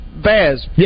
Baz